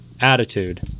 Attitude